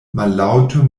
mallaŭte